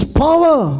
power